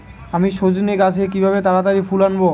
আমি সজনে গাছে কিভাবে তাড়াতাড়ি ফুল আনব?